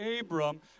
Abram